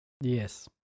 Yes